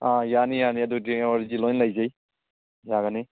ꯑꯥ ꯌꯥꯅꯤ ꯌꯥꯅꯤ ꯑꯗꯨꯗꯤ ꯑꯣꯜꯔꯦꯗꯤ ꯂꯣꯏꯅ ꯂꯩꯖꯩ ꯌꯥꯒꯅꯤ